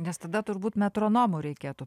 nes tada turbūt metronomu reikėtų